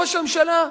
ראש הממשלה,